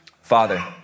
Father